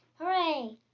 Hooray